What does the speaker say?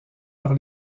par